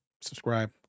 subscribe